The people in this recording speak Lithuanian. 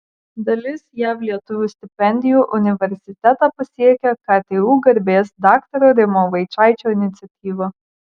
dalis jav lietuvių stipendijų universitetą pasiekia ktu garbės daktaro rimo vaičaičio iniciatyva